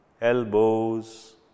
elbows